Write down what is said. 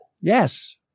Yes